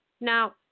Now